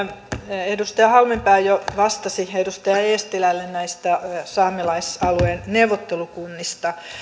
edustaja halmeenpää jo vastasi edustaja eestilälle näistä saamelaisalueen neuvottelukunnista